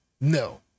No